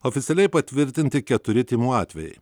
oficialiai patvirtinti keturi tymų atvejai